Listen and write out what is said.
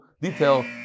detail